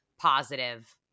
positive